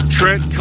Trent